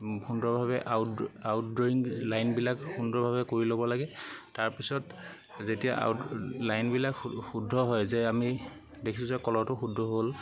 সুন্দৰভাৱে out out drawing লাইনবিলাক সুন্দৰভাৱে কৰি ল'ব লাগে তাৰ পিছত যেতিয়া আউট লাইনবিলাক শুদ্ধ হয় যে আমি দেখিছোঁ যে কলহটো শুদ্ধ হ'ল